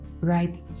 right